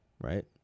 right